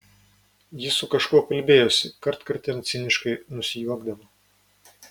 ji su kažkuo kalbėjosi kartkartėm ciniškai nusijuokdavo